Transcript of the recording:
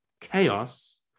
chaos